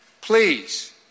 please